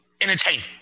Entertainment